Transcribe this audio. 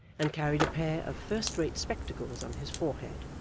and carried a pair of first-rate spectacles on his forehead,